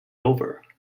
over